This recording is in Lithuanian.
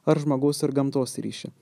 ar žmogaus ir gamtos ryšį